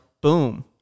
Boom